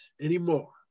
anymore